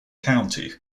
county